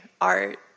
art